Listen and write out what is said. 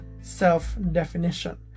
self-definition